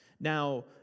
Now